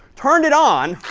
turned it on,